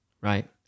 Right